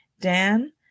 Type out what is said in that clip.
Dan